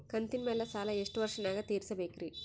ಕಂತಿನ ಮ್ಯಾಲ ಸಾಲಾ ಎಷ್ಟ ವರ್ಷ ನ್ಯಾಗ ತೀರಸ ಬೇಕ್ರಿ?